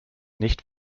nicht